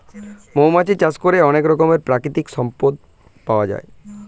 মৌমাছি চাষ করে অনেক রকমের প্রাকৃতিক সম্পদ পাওয়া যায়